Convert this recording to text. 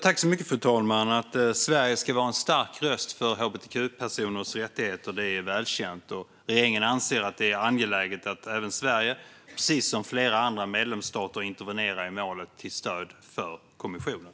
Fru talman! Att Sverige är en stark röst för hbtq-personers rättigheter är välkänt, och regeringen anser att det är angeläget att även Sverige, precis som flera andra medlemsstater, intervenerar i målet till stöd för kommissionen.